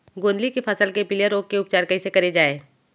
गोंदली के फसल के पिलिया रोग के उपचार कइसे करे जाये?